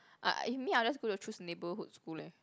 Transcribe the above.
uh if me I will just go to choose neighbourhood school leh